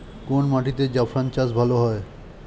কোন মাটিতে জাফরান চাষ ভালো হয়?